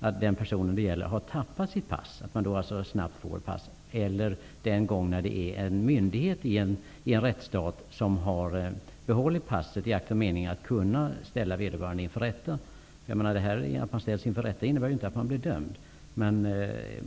då en person har tappat sitt pass och de fall då en myndighet i en rättsstat har behållit passet i akt och mening att kunna ställa vederbörande inför rätta. Att man ställs inför rätta innebär ju inte att man blir dömd.